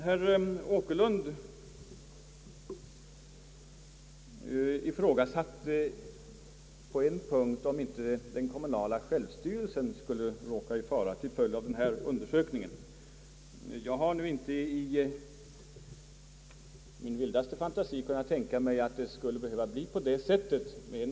Herr Åkerlund ifrågasatte om inte den kommunala självstyrelsen skulle råka i fara till följd av den föreslagna undersökningen. Jag har inte ens i min vildaste fantasi kunnat tänka mig att så skulle bli fallet.